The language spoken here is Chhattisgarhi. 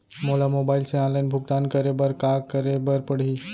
मोला मोबाइल से ऑनलाइन भुगतान करे बर का करे बर पड़ही?